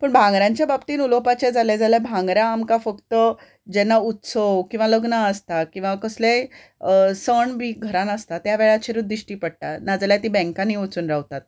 पूण भांगरांच्या बाबतीन उलोवपाचें जालें जाल्यार भांगरां आमकां फक्त जेन्ना उत्सव किंवां लग्नां आसतात किंवां कसलेंय सण बी घरान आसता त्या वेळाचेरच दिश्टी पडटा नाजाल्यार ती बँकांनी वचून रावतात